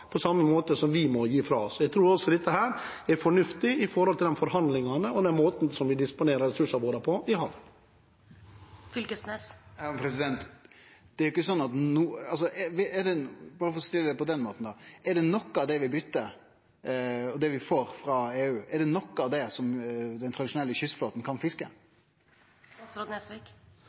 på samme måte som vi må gi fra oss. Jeg tror også at dette er fornuftig med tanke på forhandlinger og den måten vi disponerer ressursene våre på i havet. For å stille spørsmålet på denne måten: Er det noko av det vi byter og får frå EU, som den tradisjonelle kystflåten kan